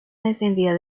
descendía